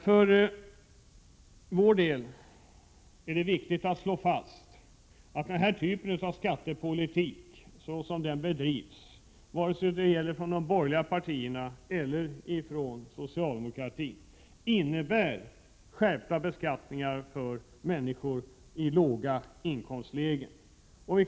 För vår del är det viktigt att slå fast att den här typen av skattepolitik, oavsett om den bedrivs av de borgerliga partierna eller av socialdemokraterna, innebär en skärpning av beskattningen för människor med låga inkomster.